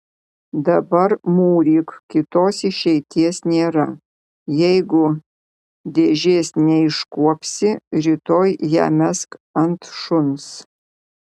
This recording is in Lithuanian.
dabar mūryk kitos išeities nėra jeigu dėžės neiškuopsi rytoj ją mesk ant šuns